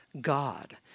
God